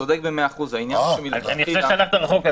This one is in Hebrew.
אני חושב שאתה הלכת רחוק.